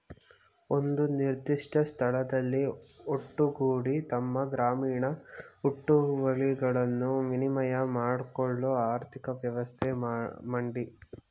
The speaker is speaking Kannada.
ಒಂದು ನಿರ್ದಿಷ್ಟ ಸ್ಥಳದಲ್ಲಿ ಒಟ್ಟುಗೂಡಿ ತಮ್ಮ ಗ್ರಾಮೀಣ ಹುಟ್ಟುವಳಿಗಳನ್ನು ವಿನಿಮಯ ಮಾಡ್ಕೊಳ್ಳೋ ಆರ್ಥಿಕ ವ್ಯವಸ್ಥೆ ಮಂಡಿ